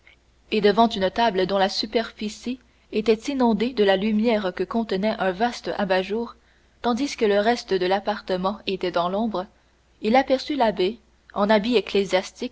et devant une table dont la superficie était inondée de la lumière que concentrait un vaste abat-jour tandis que le reste de l'appartement était dans l'ombre il aperçut l'abbé en habit